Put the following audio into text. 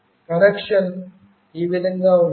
connection ఈ విధంగా ఉంటుంది